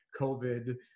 COVID